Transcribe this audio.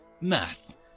math